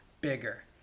bigger